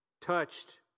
touched